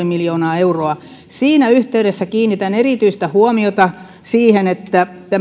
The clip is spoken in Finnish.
miljoonaa euroa siinä yhteydessä kiinnitän erityistä huomiota siihen että